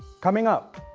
coming up,